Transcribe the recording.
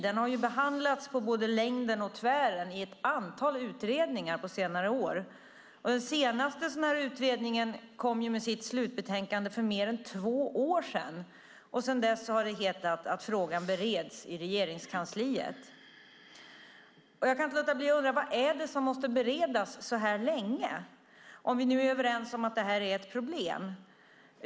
Den har behandlats på både längden och tvären i ett antal utredningar på senare år. Den senaste utredningen kom med sitt slutbetänkande för mer än två år sedan. Sedan dess har det hetat att frågan bereds i Regeringskansliet. Jag kan inte låta bli att undra: Vad är det som måste beredas så här länge om vi är överens om att det här är ett problem?